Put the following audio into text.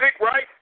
right